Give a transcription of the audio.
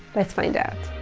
let's find out.